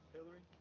Hillary